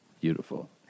Beautiful